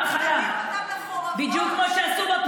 הביאו אותם לחורבות.